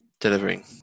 Delivering